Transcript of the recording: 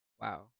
wow